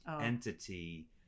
entity